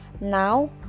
Now